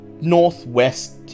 Northwest